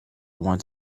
want